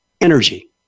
energy